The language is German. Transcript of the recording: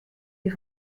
die